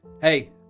hey